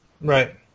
Right